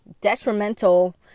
detrimental